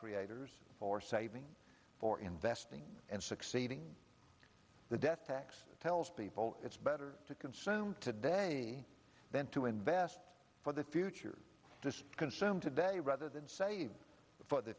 creators for saving for investing and succeeding the death tax tells people it's better to consume today than to invest for the future consume today rather than save for the